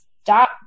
stop